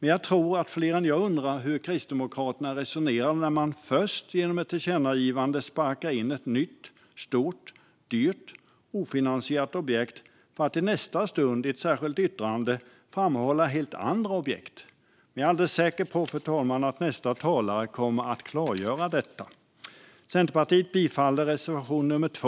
Jag tror att fler än jag undrar hur Kristdemokraterna resonerar när de genom att först föreslå ett tillkännagivande sparkar in ett nytt, stort, dyrt och ofinansierat objekt för att i nästa stund i ett särskilt yttrande framhålla helt andra objekt. Jag är säker på att nästa talare kommer att klargöra detta, fru talman. Centerpartiet yrkar bifall till reservation nummer 2.